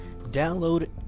Download